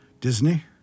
Disney